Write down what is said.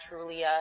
Trulia